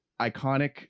Iconic